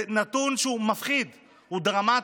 זה נתון שהוא מפחיד, הוא דרמטי.